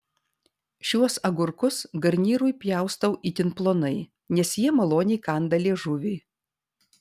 šiuos agurkus garnyrui pjaustau itin plonai nes jie maloniai kanda liežuvį